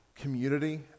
community